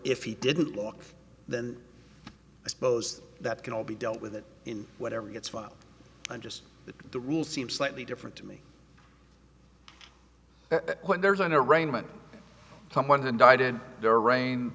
if he didn't walk then i suppose that can all be dealt with it in whatever gets filed and just that the rules seem slightly different to me when there's an arraignment someone who died in the rain